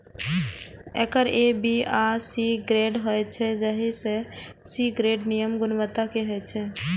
acre A, B आ C grade होइ छै, जाहि मे सी ग्रेड निम्न गुणवत्ता के होइ छै